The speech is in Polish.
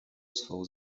swą